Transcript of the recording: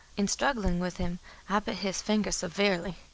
in struggling with him i bit his finger severely,